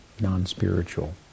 non-spiritual